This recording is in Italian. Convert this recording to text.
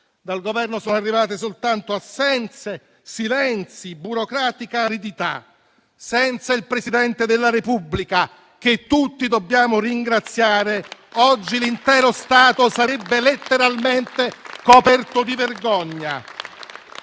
dal Governo sono arrivate soltanto assenze, silenzi e burocratica aridità. Senza il Presidente della Repubblica, che tutti dobbiamo ringraziare, oggi l'intero Stato sarebbe letteralmente coperto di vergogna.